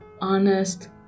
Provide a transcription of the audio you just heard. honest